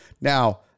Now